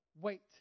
Wait